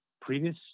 previous